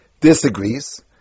disagrees